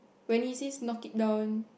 when he says knock it down